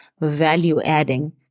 value-adding